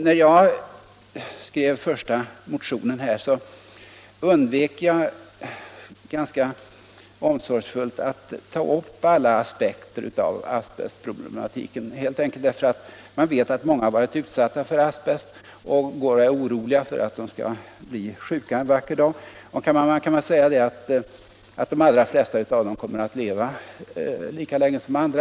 När jag skrev min första motion undvek jag ganska omsorgsfullt att ta upp alla aspekter av asbestproblematiken, helt enkelt därför att man vet att många har varit utsatta för asbest och är oroliga för att bli sjuka en vacker dag. Man kan väl säga att de allra flesta av dem kommer att leva lika länge som andra.